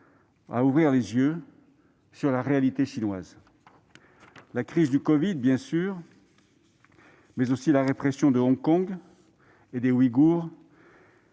à ouvrir les yeux sur la réalité chinoise. La crise du covid, bien sûr, mais aussi la répression de Hong Kong et des Ouïghours